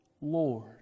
Lord